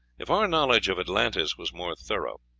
if our knowledge of atlantis was more thorough,